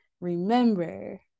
remember